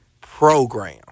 program